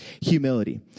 humility